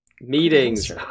meetings